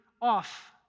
off